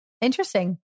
interesting